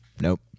Nope